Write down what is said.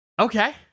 Okay